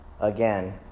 again